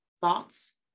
thoughts